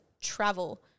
travel